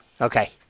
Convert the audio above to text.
Okay